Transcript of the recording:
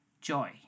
joy